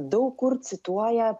daug kur cituoja